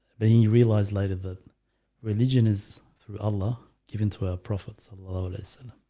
being you realize later that religion is through allah given to a prophet. so ah listen,